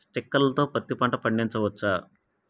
Sprinkler తో పత్తి పంట పండించవచ్చా?